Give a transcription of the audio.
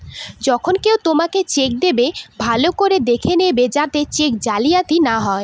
যখন কেউ তোমাকে চেক দেবে, ভালো করে দেখে নেবে যাতে চেক জালিয়াতি না হয়